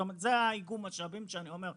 זה איגום המשאבים שאני מדבר עליו,